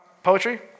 Poetry